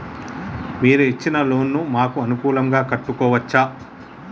మీరు ఇచ్చిన లోన్ ను మాకు అనుకూలంగా కట్టుకోవచ్చా?